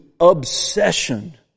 obsession